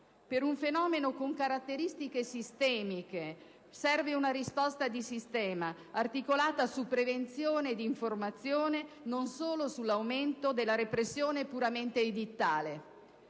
per un fenomeno con caratteristiche sistemiche serve una risposta di sistema, articolata su prevenzione ed informazione, non solo sull'aumento della repressione puramente edittale.